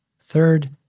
Third